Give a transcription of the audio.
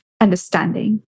understanding